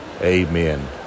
amen